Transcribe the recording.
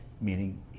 meaning